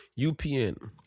UPN